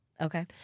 Okay